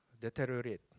deteriorate